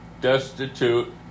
destitute